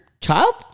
child